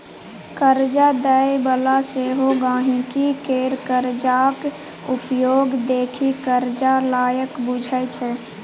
करजा दय बला सेहो गांहिकी केर करजाक उपयोग देखि करजा लायक बुझय छै